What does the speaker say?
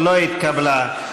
לא התקבלה.